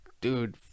dude